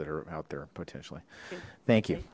that are out there potentially thank you